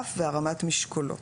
כדורעף והרמת משקולות.